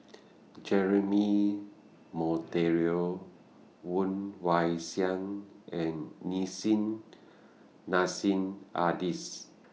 Jeremy Monteiro Woon Wah Siang and Nissim Nassim Adis